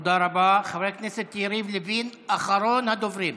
חבר הכנסת יריב לוין, אחרון הדוברים.